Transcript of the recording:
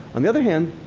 on the other hand,